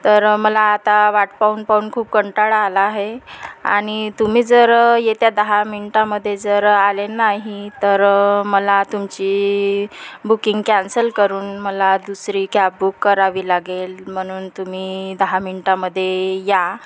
तर मला आता वाट पाहून पाहून खूप कंटाळा आला आहे आणि तुम्ही जर येत्या दहा मिनटामध्ये जर आले नाही तर मला तुमची बुकिंग कॅन्सल करून मला दुसरी कॅब बुक करावी लागेल म्हणून तुम्ही दहा मिनटामध्ये या